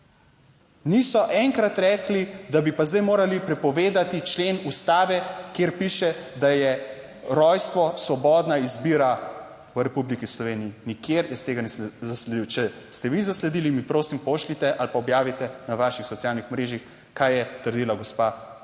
Niso enkrat rekli, da bi pa zdaj morali prepovedati člen Ustave, kjer piše, da je rojstvo svobodna izbira v Republiki Sloveniji, nikjer jaz tega nisem zasledil, če ste vi zasledili, mi prosim pošljite ali pa objavite na vaših socialnih omrežjih, kaj je trdila gospa Cankar